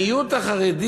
המיעוט החרדי,